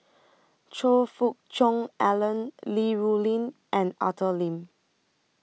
Choe Fook Cheong Alan Li Rulin and Arthur Lim